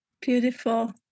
beautiful